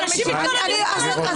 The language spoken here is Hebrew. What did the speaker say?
אנשים מתלוננים --- רבותיי, רבותיי.